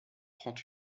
prend